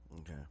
Okay